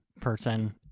person